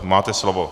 Máte slovo.